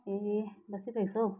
ए बसिरहेको छौ